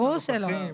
ברור שלא.